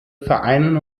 vereinen